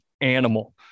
animal